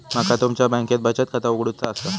माका तुमच्या बँकेत बचत खाता उघडूचा असा?